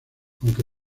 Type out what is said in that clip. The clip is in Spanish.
aunque